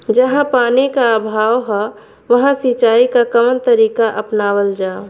जहाँ पानी क अभाव ह वहां सिंचाई क कवन तरीका अपनावल जा?